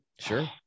Sure